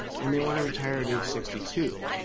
and they want to retire at age sixty two.